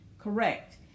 Correct